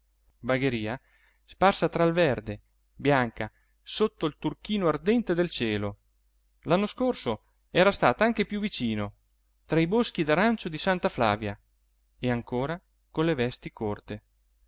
bagheria sparsa tra il verde bianca sotto il turchino ardente del cielo l'anno scorso era stata anche più vicino tra i boschi d'aranci di santa flavia e ancora con le vesti corte